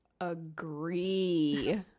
agree